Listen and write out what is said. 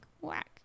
whack